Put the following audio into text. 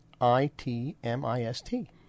I-T-M-I-S-T